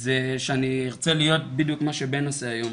זה שאני ארצה להיות בדיוק מה שבן עושה היום,